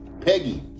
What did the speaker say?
peggy